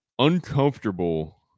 uncomfortable